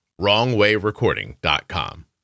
WrongWayRecording.com